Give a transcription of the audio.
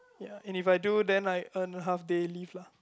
ya and if I do then I earn half day leave lah